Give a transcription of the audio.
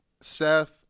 Seth